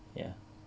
ya